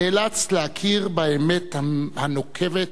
נאלץ להכיר באמת הנוקבת